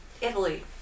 Italy